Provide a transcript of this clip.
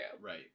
Right